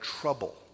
trouble